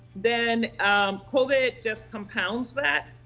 then covid just compounds that.